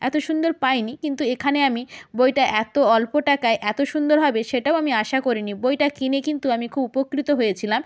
এত সুন্দর পাইনি কিন্তু এখানে আমি বইটা এত অল্প টাকায় এত সুন্দর হবে সেটাও আমি আশা করিনি বইটা কিনে কিন্তু আমি খুব উপকৃত হয়েছিলাম